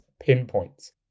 pinpoints